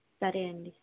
సరే అండి